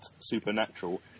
Supernatural